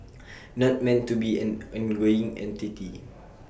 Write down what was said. not meant to be an ongoing entity